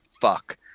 fuck